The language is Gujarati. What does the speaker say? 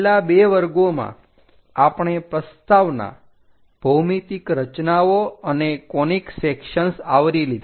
છેલ્લા બે વર્ગોમાં આપણે પ્રસ્તાવના ભૌમિતિક રચનાઓ અને કોનીક સેકસન્સ આવરી લીધા